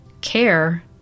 care